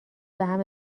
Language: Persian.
بهم